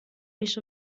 mich